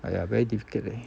!aiya! very difficult leh